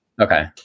Okay